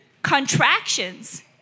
contractions